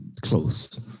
close